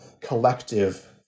collective